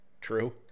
True